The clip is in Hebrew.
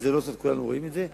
זה לא סוד, כולנו רואים את זה.